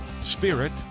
spirit